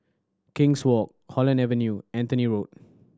King's Walk Holland Avenue Anthony Road